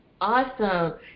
Awesome